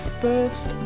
first